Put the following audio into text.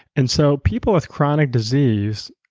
and so people with chronic disease,